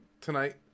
tonight